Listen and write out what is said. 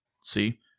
see